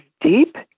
deep